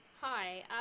Hi